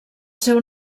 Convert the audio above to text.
seu